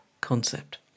concept